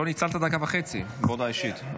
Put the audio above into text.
לא ניצלת דקה וחצי בהודעה אישית.